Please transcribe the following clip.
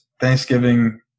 Thanksgiving